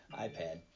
iPad